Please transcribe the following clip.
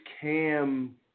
Cam